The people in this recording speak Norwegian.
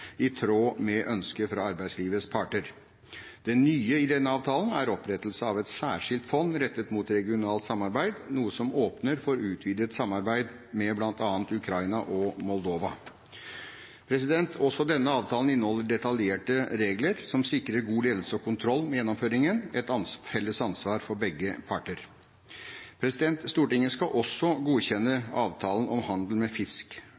i tråd med ønsket fra arbeidslivets parter. Det nye i denne avtalen er opprettelse av et særskilt fond rettet mot regionalt samarbeid, noe som åpner for utvidet samarbeid med bl.a. Ukraina og Moldova. Også denne avtalen inneholder detaljerte regler som sikrer god ledelse og kontroll med gjennomføringen, et felles ansvar for begge parter. Stortinget skal også godkjenne avtalen om handel med fisk.